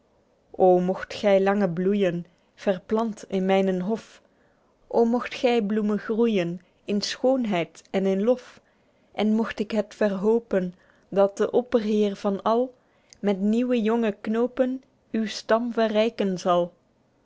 mogt gy lange bloeijen verplant in mynen hof o mogt gy bloeme groeijen in schoonheid en in lof en mogt ik het verhopen dat de opperheer van al met nieuwe jonge knopen uw stam verryken zal